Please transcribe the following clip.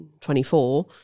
24